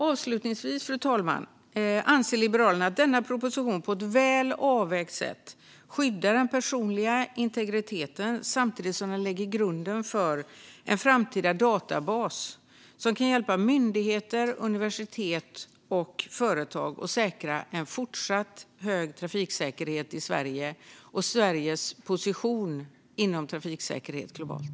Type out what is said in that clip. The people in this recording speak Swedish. Avslutningsvis, fru talman, anser Liberalerna att denna proposition på ett väl avvägt sätt skyddar den personliga integriteten samtidigt som den lägger grunden för en framtida databas som kan hjälpa myndigheter, universitet och företag att säkra en fortsatt hög trafiksäkerhet i Sverige och Sveriges position inom trafiksäkerhet globalt.